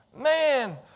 Man